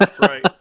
Right